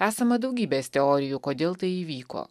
esama daugybės teorijų kodėl tai įvyko